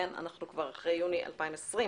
אנחנו כבר אחרי יוני 2020,